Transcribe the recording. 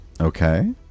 Okay